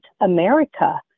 America